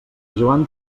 joan